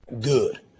Good